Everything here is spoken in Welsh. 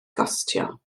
gostio